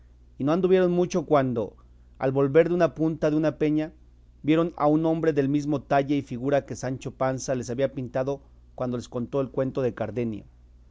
y no anduvieron mucho cuando al volver de una punta de una peña vieron a un hombre del mismo talle y figura que sancho panza les había pintado cuando les contó el cuento de cardenio